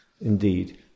indeed